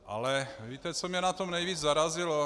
Ale víte, co mě na tom nejvíc zarazilo?